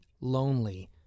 lonely